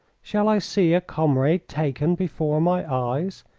shall i see a comrade taken before my eyes?